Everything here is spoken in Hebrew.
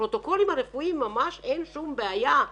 הפרוטוקולים הרפואיים, אין שום בעיה.